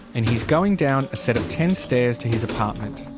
and he's going down a set of ten stairs to his apartment.